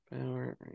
Power